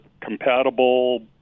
compatible